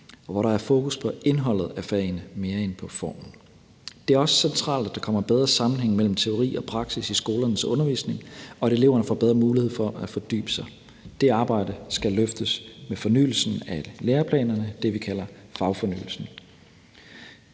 og hvor der er fokus på indholdet af fagene mere end på formen. Det er også centralt, at der kommer bedre sammenhæng mellem teori og praksis i skolernes undervisning, og at eleverne får bedre mulighed for at fordybe sig. Det arbejde skal løftes med fornyelsen af læreplanerne, altså det vi kalder fagfornyelsen.